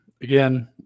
Again